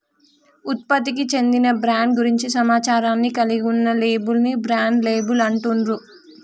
ఉత్పత్తికి చెందిన బ్రాండ్ గురించి సమాచారాన్ని కలిగి ఉన్న లేబుల్ ని బ్రాండ్ లేబుల్ అంటుండ్రు